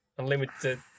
Unlimited